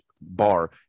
bar